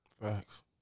Facts